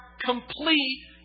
complete